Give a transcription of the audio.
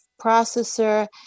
processor